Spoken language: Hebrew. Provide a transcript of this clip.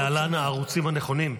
להלן, הערוצים הנכונים.